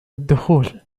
الدخول